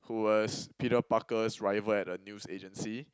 who was Peter Parker's rival at the news agency